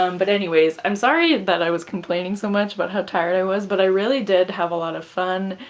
um but anyways i'm sorry that i was complaining so much about how tired i was but i really did have a lot of fun,